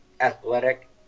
athletic